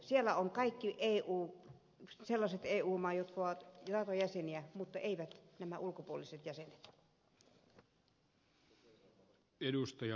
siellä ovat kaikki sellaiset eu maat jotka ovat naton jäseniä mutta eivät nämä ulkopuoliset jäsenet